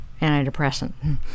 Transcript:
antidepressant